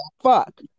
Fuck